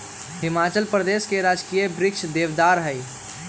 हिमाचल प्रदेश के राजकीय वृक्ष देवदार हई